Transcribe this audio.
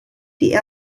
die